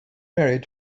married